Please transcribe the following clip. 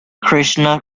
krishna